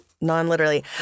Non-literally